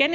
18:05 Preben